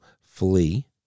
flee